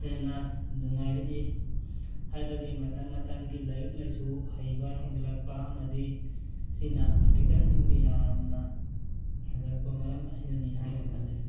ꯍꯦꯟꯅ ꯅꯨꯡꯉꯥꯏꯔꯛꯏ ꯍꯥꯏꯕꯗꯤ ꯃꯇꯝ ꯃꯇꯝꯒꯤ ꯂꯥꯏꯔꯤꯛ ꯂꯥꯏꯁꯨ ꯍꯩꯕ ꯍꯦꯟꯒꯠꯂꯛꯄ ꯑꯃꯗꯤ ꯁꯤꯅ ꯑꯥꯔꯇꯤꯀꯜꯁꯤꯡꯗ ꯌꯥꯝꯅ ꯍꯦꯟꯒꯠꯂꯛꯄ ꯃꯔꯝ ꯑꯁꯤꯅꯅꯤ ꯍꯥꯏꯅ ꯈꯜꯂꯤ